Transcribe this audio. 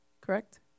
Correct